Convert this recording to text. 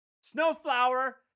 Snowflower